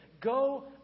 Go